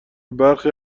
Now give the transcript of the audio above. برخی